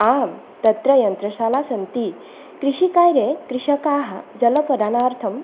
आं तत्र यन्त्रशाला सन्ति कृषिकार्ये कृषकाः जलप्रदानार्थं